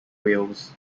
wales